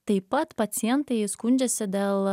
taip pat pacientai skundžiasi dėl